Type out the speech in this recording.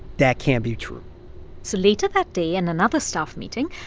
that can't be true so later that day in another staff meeting,